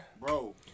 bro